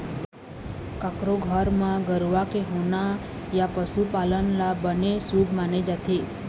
कखरो घर म गरूवा के होना या पशु पालन ल बने शुभ माने जाथे